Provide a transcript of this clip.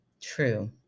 True